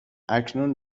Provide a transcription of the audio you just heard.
اکنون